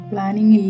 Planning